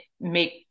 make